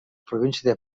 provincial